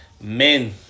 Men